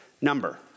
number